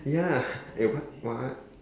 ya and you part what